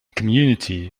community